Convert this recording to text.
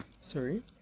sorry